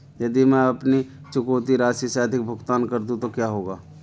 यदि मैं अपनी चुकौती राशि से अधिक भुगतान कर दूं तो क्या होगा?